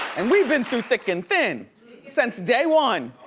and we've been through thick and thin since day one.